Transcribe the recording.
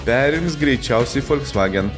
perims greičiausiai volkswagen